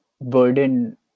burden